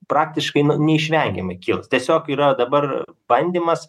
praktiškai na neišvengiamai kils tiesiog yra dabar bandymas